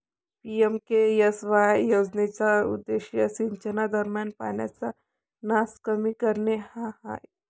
PMKSY योजनेचा उद्देश सिंचनादरम्यान पाण्याचा नास कमी करणे हा आहे